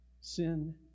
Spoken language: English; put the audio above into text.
Sin